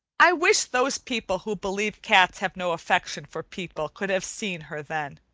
i wish those people who believe cats have no affection for people could have seen her then.